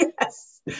Yes